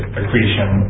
accretion